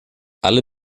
alle